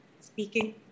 speaking